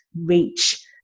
reach